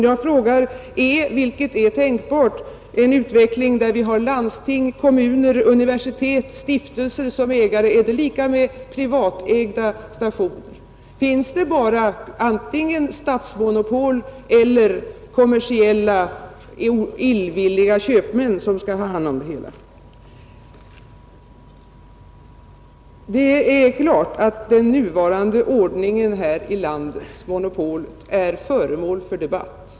Jag frågar: Är det privatägda stationer om landsting, kommuner, universitet och stiftelser är ägare? Måste antingen ett statsmonopol eller ”kommersiella intressen” ha hand om det hela? Det är klart att den nuvarande ordningen här i landet, monopolet, är föremål för debatt.